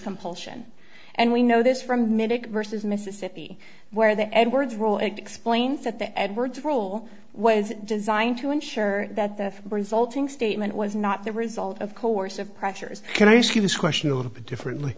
compulsion and we know this from medic vs mississippi where the edwards rule explains that the edwards rule was designed to ensure that the resulting statement was not the result of course of pressures can i ask you this question a little bit differently